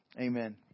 Amen